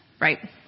Right